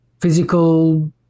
physical